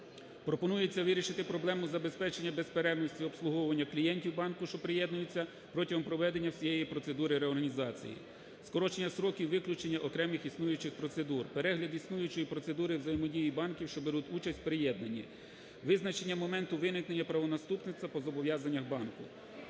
Пропонується вирішити проблему забезпечення безперервності обслуговування клієнтів банку, що приєднується протягом проведення всієї процедури реорганізації. Скорочення строків виключення окремих існуючих процедур, перегляд існуючої процедури взаємодії банків, що беруть участь в приєднанні. Визначення моменту виникнення правонаступництва по зобов'язаннях банку.